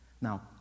now